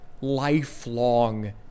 lifelong